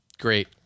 Great